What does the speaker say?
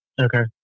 okay